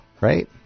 right